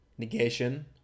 Negation